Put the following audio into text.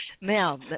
Now